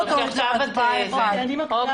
אני אפילו מוכן